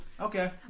Okay